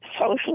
social